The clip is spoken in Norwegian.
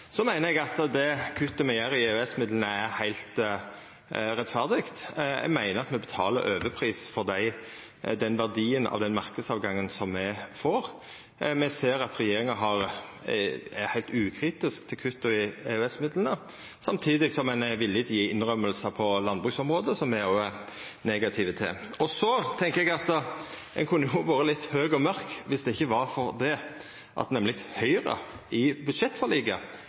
Eg meiner at det kuttet me gjer i EØS-midlane, er heilt rettferdig. Eg meiner at me betaler overpris for verdien av den marknadstilgangen som me får. Me ser at regjeringa er heilt ukritisk til kutta i EØS-midlane samtidig som ein er villig til å gje innrømmingar på landbruksområdet, som me òg er negative til. Og så tenkjer eg at ein kunne jo vore litt høg og mørk, viss det ikkje var for at Høgre i budsjettforliket